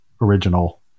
original